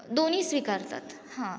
दोन्ही स्वीकारतात हां